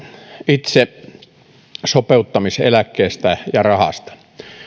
itse tästä sopeuttamiseläkkeestä ja rahasta